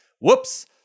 whoops